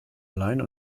allein